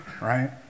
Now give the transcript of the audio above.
Right